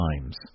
times